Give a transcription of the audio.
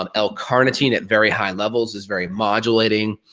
um l-carnitine at very high levels is very modulating,